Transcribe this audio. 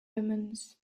omens